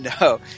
No